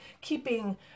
keeping